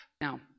Now